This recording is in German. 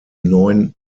neun